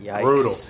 Brutal